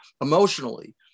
emotionally